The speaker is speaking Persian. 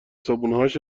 صبحونههاش